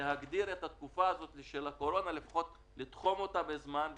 לתחום את התקופה הזאת של הקורונה יש לזה משמעות כלכלית.